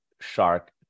Shark